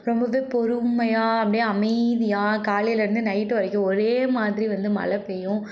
ரொம்பவே பொறுமையாக அப்படியே அமைதியாக காலையிலேருந்து நைட் வரைக்கும் ஒரே மாதிரியாக வந்து மழை பெய்யும்